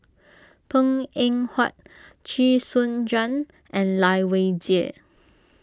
Png Eng Huat Chee Soon Juan and Lai Weijie